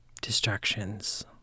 distractions